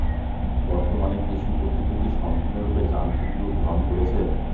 বর্তমানে কৃষি পদ্ধতি কি সম্পূর্ণরূপে যান্ত্রিক রূপ ধারণ করেছে?